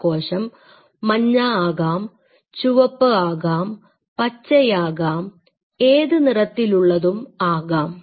ആ കോശം മഞ്ഞ ആകാം ചുവപ്പ് ആകാം പച്ചയാകാം ഏതു നിറത്തിലുള്ളതും ആകാം